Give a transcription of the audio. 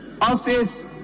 Office